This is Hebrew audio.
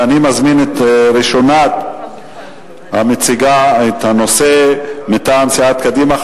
ואני מזמין את המציגה את הנושא מטעם סיעת קדימה,